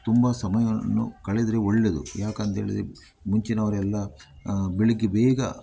ತುಂಬಾ ಸಮಯವನ್ನು ಕಳೆದರೆ ಒಳ್ಳೇದು ಯಾಕಂತ ಹೇಳಿದರೆ ಮುಂಚಿನವರೆಲ್ಲ ಬೆಳಗ್ಗೆ ಬೇಗ